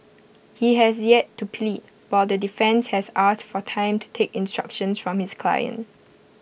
he has yet to plead while the defence has asked for time to take instructions from his client